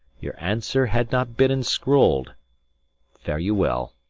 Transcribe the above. your answer had not been inscroll'd fare you well,